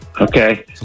Okay